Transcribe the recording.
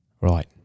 Right